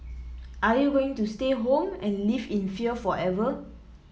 are you going to stay home and live in fear forever